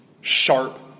sharp